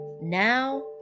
Now